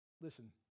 Listen